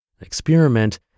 Experiment